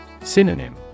Synonym